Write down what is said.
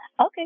Okay